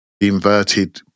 inverted